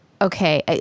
okay